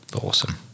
awesome